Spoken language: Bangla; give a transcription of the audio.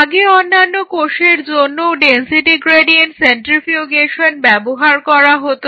আগে অন্যান্য ধরনের কোষের জন্যও ডেনসিটি গ্রেডিয়েন্ট সেন্ট্রিফিউগেশন ব্যবহার করা হতো